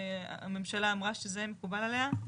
הממשלה אמרה שזה מקובל עליה.